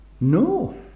No